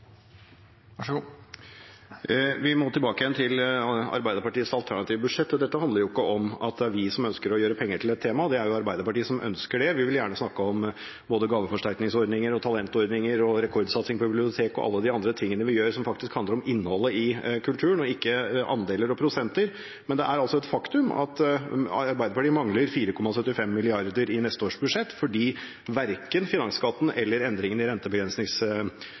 Vi må tilbake igjen til Arbeiderpartiets alternative budsjett. Dette handler ikke om at det er vi som ønsker å gjøre penger til et tema, det er Arbeiderpartiet som ønsker det. Vi vil gjerne snakke om både gaveforsterkningsordninger, talentordninger og rekordsatsinger på bibliotek og alt det andre vi faktisk gjør, som handler om innholdet i kulturen og ikke andeler og prosenter. Men det er et faktum at Arbeiderpartiet mangler 4,75 mrd. kr i neste års budsjett fordi verken finansskatten eller endringene i